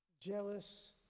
jealous